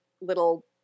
little